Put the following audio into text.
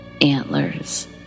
antlers